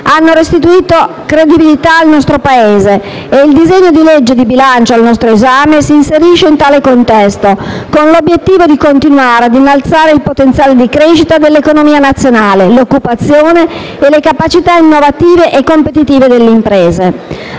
hanno restituito credibilità al nostro Paese. E il disegno di legge di bilancio al nostro esame si inserisce in tale contesto con l'obiettivo di continuare a innalzare il potenziale di crescita dell'economia nazionale, l'occupazione e le capacità innovative e competitive delle imprese.